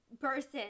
person